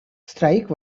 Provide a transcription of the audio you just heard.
strike